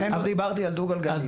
לכן לא דיברתי על דו גלגלי.